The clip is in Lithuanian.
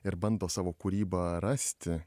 ir bando savo kūrybą rasti